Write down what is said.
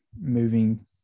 moving